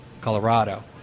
Colorado